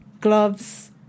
gloves